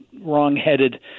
wrong-headed